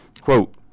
Quote